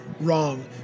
Wrong